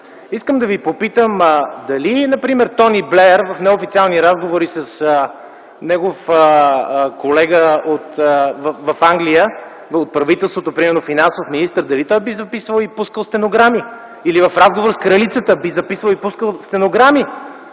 искам да ви попитам дали например Тони Блеър в неофициални разговори с негов колега в Англия от правителството, примерно финансов министър, дали той би записвал и пускал стенограми? Или в разговор с Кралицата би записвал и пускал стенограми?